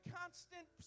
constant